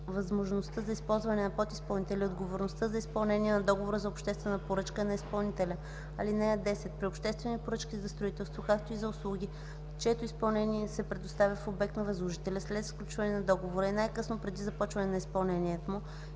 възможността за използване на подизпълнители отговорността за изпълнение на договора за обществена поръчка е на изпълнителя. (10) При обществени поръчки за строителство, както и за услуги, чието изпълнение се предоставя в обект на възложителя, след сключване на договора и най-късно преди започване на изпълнението му,